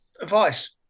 advice